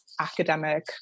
academic